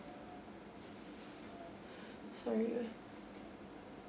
sorry wait